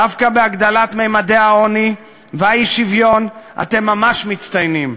דווקא בהגדלת ממדי העוני והאי-שוויון אתם ממש מצטיינים,